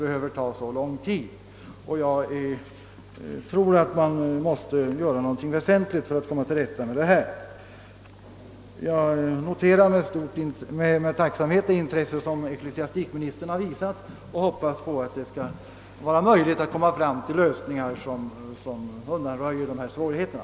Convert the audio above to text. Där anser jag att något kan göras. Jag noterar med tacksamhet det intresse som ecklesiastikministern har visat för frågan och hoppas att det skall bli möjligt att finna lösningar som undanröjer svårigheterna.